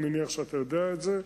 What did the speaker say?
אני מניח שאתה יודע את זה.